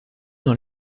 dans